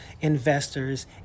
investors